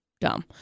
dumb